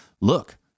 look